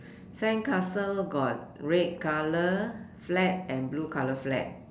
sandcastle got red colour flag and blue colour flag